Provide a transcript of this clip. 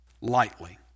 lightly